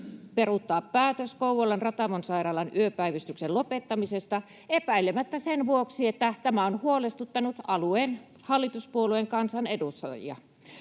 peruuttaa päätös Kouvolan Ratamon sairaalan yöpäivystyksen lopettamisesta epäilemättä sen vuoksi, että tämä on huolestuttanut alueen hallituspuolueen kansanedustajia.